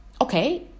okay